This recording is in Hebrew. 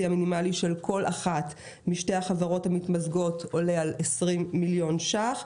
המינימלי של כל אחת משתי החברות המתמזגות עולה על 20 מיליוני שקלים,